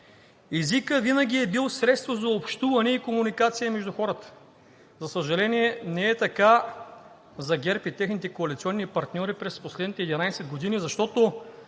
езикът винаги е бил средство за общуване и комуникация между хората. За съжаление, не е така за ГЕРБ и техните коалиционни партньори през последните 11 години, защото